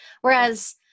Whereas